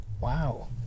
Wow